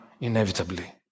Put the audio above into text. inevitably